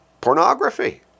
Pornography